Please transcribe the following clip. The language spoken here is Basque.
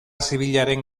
zibilaren